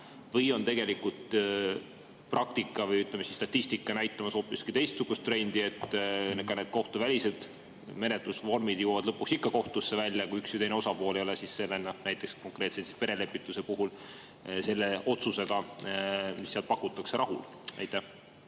Või on tegelikult praktika või statistika näitamas hoopis teistsugust trendi, et ka need kohtuvälised menetlusvormid jõuavad lõpuks ikka kohtusse välja, kui üks või teine osapool ei ole, näiteks konkreetselt perelepituse puhul selle otsusega, mis seal pakutakse, rahul?